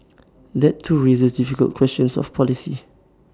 that too raises difficult questions of policy